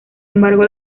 embargo